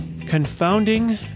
Confounding